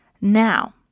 Now